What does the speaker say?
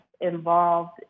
involved